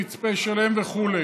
מצפה שלם וכו'.